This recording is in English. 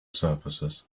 surfaces